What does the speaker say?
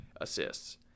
assists